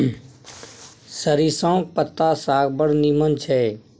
सरिसौंक पत्ताक साग बड़ नीमन छै